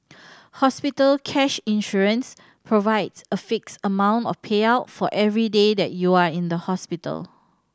hospital cash insurance provides a fixed amount of payout for every day that you are in the hospital